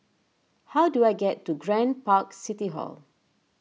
how do I get to Grand Park City Hall